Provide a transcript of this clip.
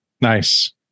Nice